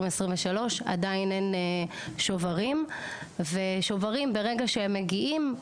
עדיין אין שוברים ושוברים ברגע שהם מגיעים,